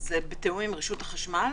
זה בתיאום עם רשות החשמל?